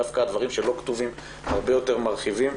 דווקא הדברים שלא כתובים הרבה יותר מרחיבים.